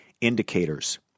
indicators